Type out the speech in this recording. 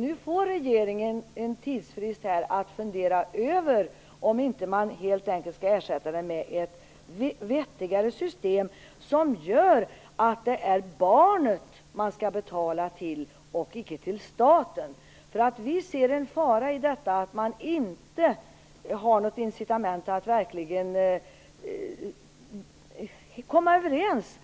Nu får regeringen en tidsfrist att fundera över om man inte helt enkelt skall ersätta det med ett vettigare system som gör att det är barnet man skall betala till och icke till staten. Vi ser nämligen en fara i att föräldrarna inte har något incitament att verkligen komma överens